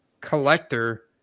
collector